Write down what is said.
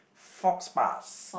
faux pas